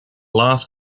last